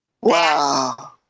Wow